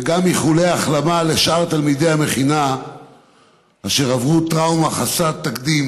וגם איחולי החלמה לשאר תלמידי המכינה אשר עברו טראומה חסרת תקדים